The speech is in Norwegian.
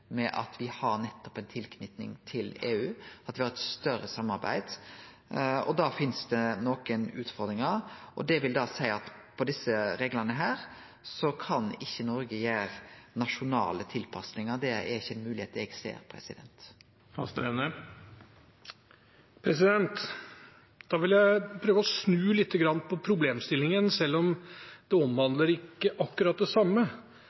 til EU, at me har eit større samarbeid. Da finst det nokre utfordringar. Det vil seie at når det gjeld desse reglane, kan ikkje Noreg gjere nasjonale tilpassingar. Det er ikkje ei moglegheit eg ser. Da vil jeg prøve å snu litt på problemstillingen, selv om det ikke omhandler akkurat det